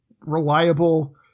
reliable